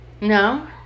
No